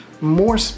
more